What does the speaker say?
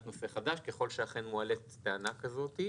נושא חדש ככל שאכן מועלית טענה כזאת.